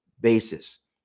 basis